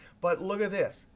but look at this.